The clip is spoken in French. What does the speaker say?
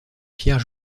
pierre